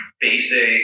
Basic